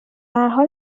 هرحال